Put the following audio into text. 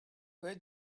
where